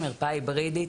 מרפאה היברידית,